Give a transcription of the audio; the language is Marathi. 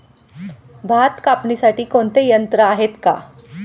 भात कापणीसाठी कोणते यंत्र आहेत का?